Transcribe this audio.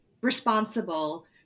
responsible